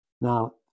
Now